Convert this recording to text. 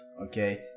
okay